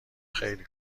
خیلی